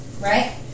right